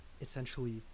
essentially